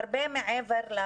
הרבה מעבר ל